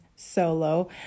solo